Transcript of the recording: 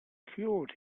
cured